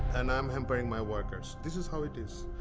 and i'm hampering my workers, this is how it is.